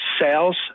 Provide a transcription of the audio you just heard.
sales